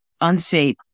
unsafe